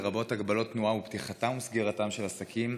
לרבות הגבלות תנועה ופתיחתם וסגירתם של עסקים,